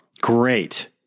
Great